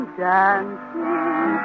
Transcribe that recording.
dancing